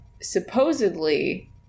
supposedly